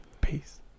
Peace